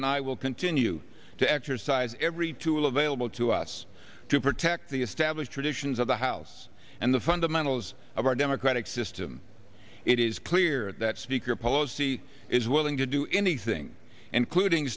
and i will continue to exercise every tool available to us to protect the established traditions of the house and the fundamentals of our democratic system it is clear that speaker pelosi is willing to do anything including